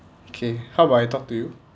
okay how about I talk to you